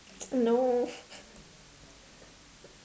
no